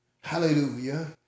hallelujah